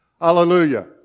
Hallelujah